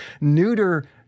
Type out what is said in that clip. neuter